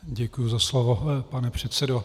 Děkuji za slovo, pane předsedo.